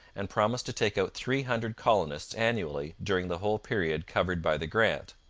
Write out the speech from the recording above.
and promised to take out three hundred colonists annually during the whole period covered by the grant.